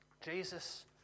Jesus